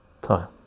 time